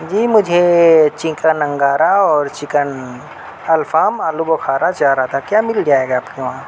جی مجھے چکن انگارا اور چکن الفام آلو بُخارا چاہ رہا تھا کیا مل جائے گا آپ کے وہاں